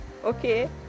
okay